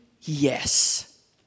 yes